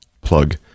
plug